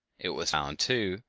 it was found, too,